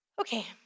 Okay